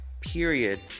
period